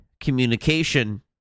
communication